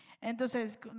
Entonces